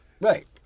Right